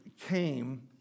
came